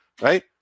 right